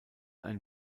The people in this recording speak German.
ein